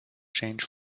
change